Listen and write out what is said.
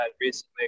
recently